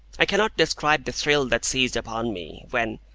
i cannot describe the thrill that seized upon me, when,